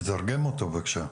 תתרגם אותו בבקשה.